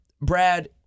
Brad